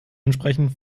entsprechenden